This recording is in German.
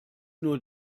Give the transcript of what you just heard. nur